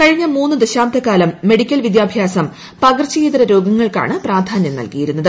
കഴിഞ്ഞ മൂന്നു ദശാബ്ദ കാലം മെഡിക്കൽ വിദ്യാഭ്യാസം പകർച്ചയേതര രോഗങ്ങൾക്കാണ് പ്രാധാന്യം നൽകിയിരുന്നത്